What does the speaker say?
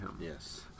yes